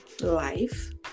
life